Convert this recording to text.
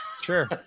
Sure